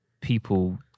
people